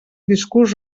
discurs